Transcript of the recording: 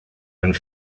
and